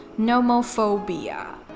nomophobia